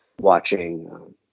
watching